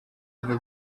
ever